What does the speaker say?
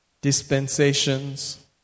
dispensations